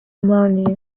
morning